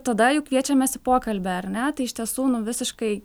tada jau kviečiamės į pokalbį ar ne tai iš tiesų nu visiškai